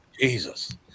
Jesus